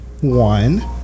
one